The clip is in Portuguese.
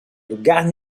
lugar